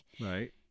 Right